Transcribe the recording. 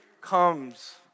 comes